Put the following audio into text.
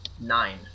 Nine